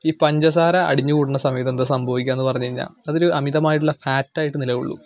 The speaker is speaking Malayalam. ഈ പഞ്ചസാര അടിഞ്ഞ് കൂടുന്ന സമയത്ത് എന്താണ് സംഭവിക്കുക എന്ന് പറഞ്ഞുകഴിഞ്ഞാൽ അതൊരു അമിതമായിട്ടുള്ള ഫാറ്റ് ആയിട്ട് നിലകൊള്ളും